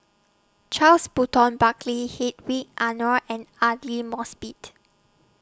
Charles Burton Buckley Hedwig Anuar and Aidli Mosbit